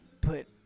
put